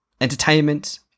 entertainment